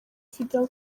fidel